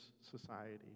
society